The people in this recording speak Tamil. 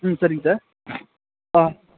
ம் சரிங்க சார்